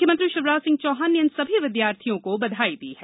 मुख्यमंत्री शिवराज सिंह चौहान ने इन सभी विद्यार्थियों को बधाई दी है